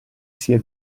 sia